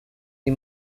die